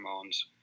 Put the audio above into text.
commands